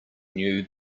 new